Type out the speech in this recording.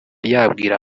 yabwira